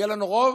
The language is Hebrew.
יהיה לנו רוב.